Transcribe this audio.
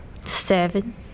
seven